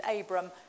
Abram